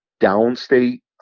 Downstate